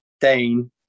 Dane